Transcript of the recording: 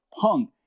punk